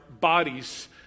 bodies